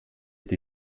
die